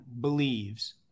believes